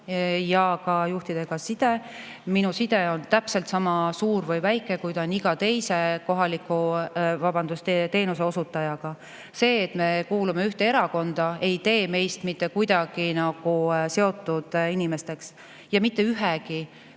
ja ka juhtidega side. Minu side nendega on täpselt sama suur või väike, kui ta on iga teise teenuseosutajaga. See, et me kuulume ühte erakonda, ei tee meid mitte kuidagi omavahel seotud inimesteks. Ja mitte ühegi